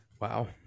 wow